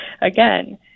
again